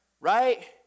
right